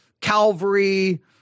Calvary